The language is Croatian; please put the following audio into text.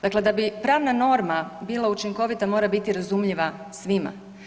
Dakle, da bi pravna norma bila učinkovita mora biti razumljiva svima.